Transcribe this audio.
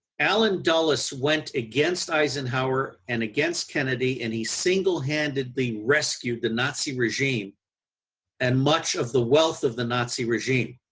allen dulles went against eisenhower and against kennedy and he single handedly rescued the nazi regime and much of the wealth of the nazi regime.